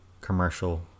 commercial